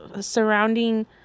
surrounding